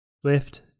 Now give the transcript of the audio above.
Swift